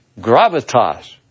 gravitas